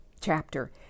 chapter